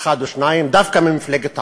אחד או שניים, דווקא ממפלגת העבודה,